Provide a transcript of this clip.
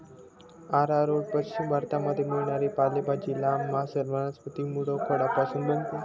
arrowroot पश्चिम भारतामध्ये मिळणारी पालेभाजी, लांब, मांसल वनस्पती मूळखोडापासून बनते